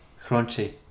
Crunchy